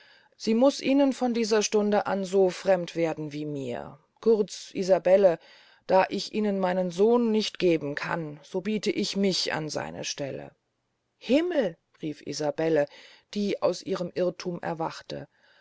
sie muß ihnen von dieser stunde an so fremd werden als mir kurz isabelle da ich ihnen meinen sohn nicht geben kann so biete ich mich an seine stelle himmel rief isabelle die aus ihrem irrthum erwachte